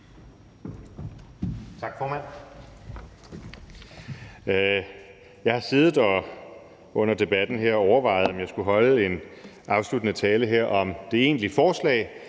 her siddet og overvejet, om jeg skulle holde en afsluttende tale om det egentlig forslag